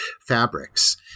fabrics